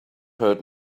hurt